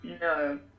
No